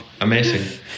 Amazing